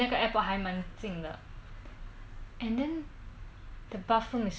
that means can see a bit inside so can see your silhouette all that